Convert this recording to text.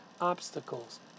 obstacles